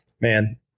man